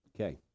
okay